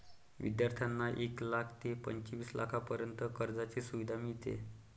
विद्यार्थ्यांना एक लाख ते पंचवीस लाखांपर्यंत कर्जाची सुविधा मिळते